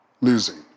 losing